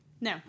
No